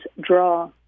draw